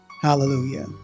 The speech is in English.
Hallelujah